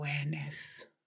awareness